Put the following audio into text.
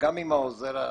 וגם עם עוזר הבטיחות.